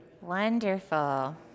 Wonderful